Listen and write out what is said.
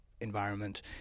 environment